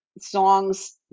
songs